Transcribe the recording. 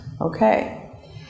Okay